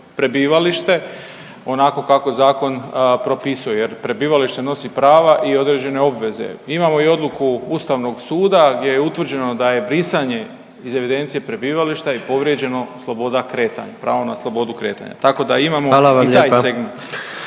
prebivalište onako kako zakon propisuje, jer prebivalište nosi prava i određene obveze. Imamo i odluku Ustavnog suda gdje je utvrđeno da je brisanje iz evidencije prebivališta i povrijeđeno sloboda kretanja, pravo na slobodu kretanja, tako da imamo i taj segment.